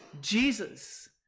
Jesus